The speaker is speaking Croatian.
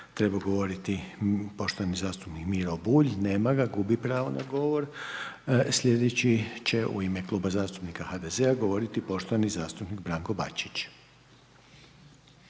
treba govoriti poštovani zastupnik Miro Bulj, nema ga, gubi pravo na govor. Slijedeći će u ime zastupnika HDZ-a govoriti poštovani zastupnik Branko Bačić.